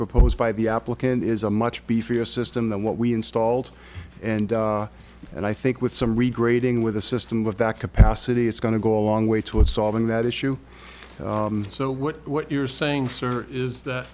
proposed by the applicant is a much beefier system than what we installed and and i think with some regrading with the system with that capacity it's going to go a long way toward solving that issue so what what you're saying sir is that